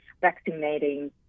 vaccinating